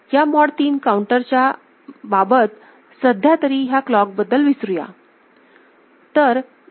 या मॉड 3 काउंटरच्या बाबत सध्यातरी ह्या क्लॉकबद्दल विसरू या